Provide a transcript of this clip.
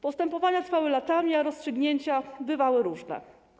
Postępowania trwały latami, a rozstrzygnięcia bywały różne.